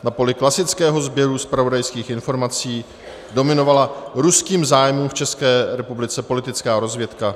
Na poli klasického sběru zpravodajských informací dominovala ruským zájmům v České republice politická rozvědka.